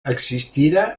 existira